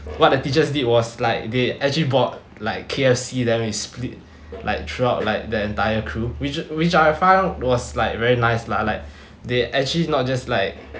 what the teachers did was like they actually bought like K_F_C then we split like throughout like the entire crew which which I found was like very nice lah like they actually not just like